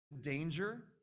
danger